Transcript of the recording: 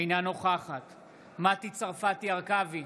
אינה נוכחת מטי צרפתי הרכבי,